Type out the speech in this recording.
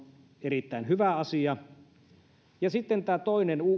erittäin hyvä asia sitten tämä toinen